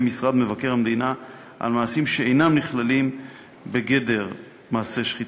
משרד מבקר המדינה על מעשים שאינם נכללים בגדר מעשה שחיתות,